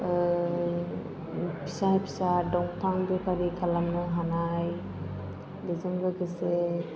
फिसा फिसा दंफां बेफारि खालामनो हानाय बेजों लोगोसे